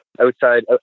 outside